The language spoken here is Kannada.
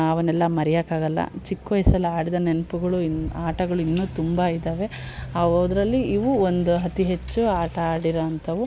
ಅವನ್ನೆಲ್ಲ ಮರಿಯೋಕ್ ಆಗೋಲ್ಲ ಚಿಕ್ಕ ವಯಸ್ಸಲ್ ಆಡಿದ ನೆನಪುಗಳು ಇನ್ನು ಆಟಗಳು ಇನ್ನು ತುಂಬ ಇದ್ದಾವೆ ಅವುದ್ರಲ್ಲಿ ಇವು ಒಂದು ಅತಿ ಹೆಚ್ಚು ಆಟಾಡಿರುವಂಥವು